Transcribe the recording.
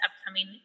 upcoming